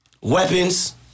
Weapons